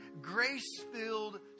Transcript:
grace-filled